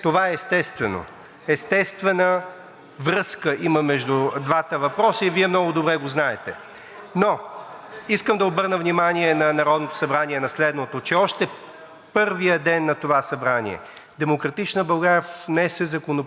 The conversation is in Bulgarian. Искам да обърна внимание на Народното събрание на следното. Още в първия ден на това Събрание „Демократична България“ внесе Законопроект за изменение на Закона за отбраната и въоръжените сили – за създаване на Инвестиционен фонд за